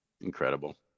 incredible